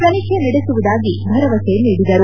ತನಿಖೆ ನಡೆಸುವುದಾಗಿ ಭರವಸೆ ನೀಡಿದರು